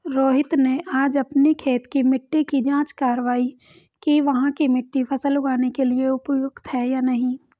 रोहित ने आज अपनी खेत की मिट्टी की जाँच कारवाई कि वहाँ की मिट्टी फसल उगाने के लिए उपयुक्त है या नहीं